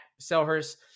Selhurst